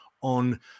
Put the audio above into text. on